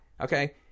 Okay